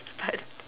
but